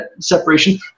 separation